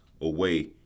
away